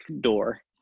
door